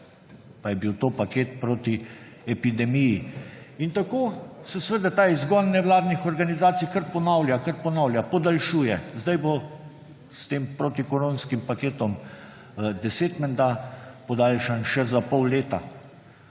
Pa je bil to paket proti epidemiji. In tako se seveda ta izgon nevladnih organizacij kar ponavlja, kar ponavlja, podaljšuje. Zdaj bo s tem protikoronskim paketom deset menda podaljšan še za pol leta.